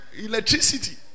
electricity